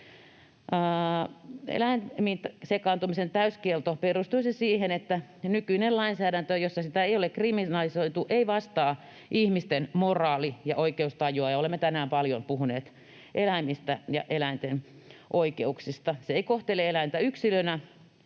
Eläimiin sekaantumisen täyskielto perustuisi siihen, että nykyinen lainsäädäntö, jossa sitä ei ole kriminalisoitu, ei vastaa ihmisten moraali- ja oikeustajua, ja olemme tänään paljon puhuneet eläimistä ja eläinten oikeuksista. Nykyinen laki ei kohtele eläintä yksilönä,